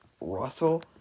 Russell